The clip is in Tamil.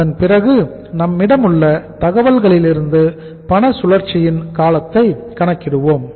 அதன்பிறகு நம்மிடமுள்ள தகவல்களிலிருந்து பண சுழற்சியின் காலத்தை கணக்கிடுவோம்